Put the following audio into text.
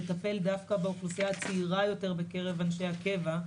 לטפל דווקא באוכלוסייה הצעירה יותר בקרב אנשי הקבע.